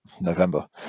november